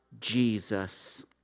Jesus